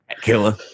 Killer